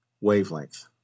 wavelength